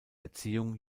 erziehung